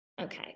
Okay